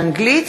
באנגלית,